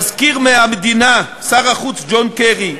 מזכיר המדינה, שר החוץ ג'ון קרי,